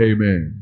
Amen